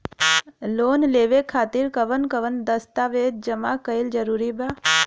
Loan लेवे खातिर कवन कवन दस्तावेज जमा कइल जरूरी बा?